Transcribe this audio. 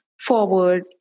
forward